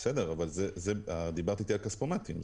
אבל דיברת איתי על כספומטים.